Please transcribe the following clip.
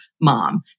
mom